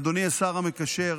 אדוני השר המקשר,